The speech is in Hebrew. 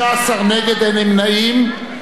15 נגד, אין נמנעים.